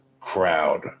crowd